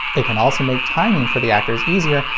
it can also make timing for the actors easier,